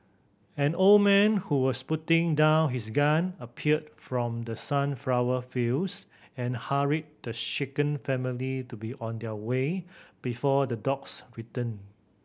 an old man who was putting down his gun appeared from the sunflower fields and hurried the shaken family to be on their way before the dogs return